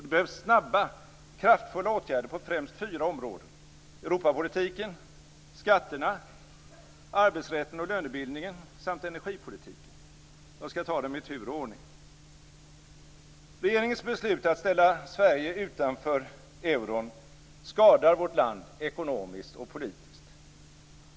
Det behövs snabba och kraftfulla åtgärder på främst fyra områden: Europapolitiken, skatterna, arbetsrätten och lönebildningen samt energipolitiken. Jag skall ta dem i tur och ordning. Regeringens beslut att ställa Sverige utanför euron skadar vårt land ekonomiskt och politiskt.